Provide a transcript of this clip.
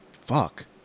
Fuck